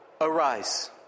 arise